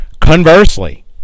Conversely